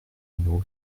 numéro